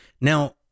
Now